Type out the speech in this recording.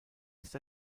ist